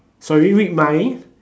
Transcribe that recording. sorry read mind